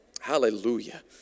Hallelujah